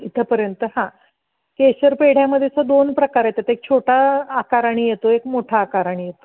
इथंपर्यंत हां केशर पेढ्यामध्येच दोन प्रकार येतात एक छोटा आकाराने येतो एक मोठा आकाराने येतो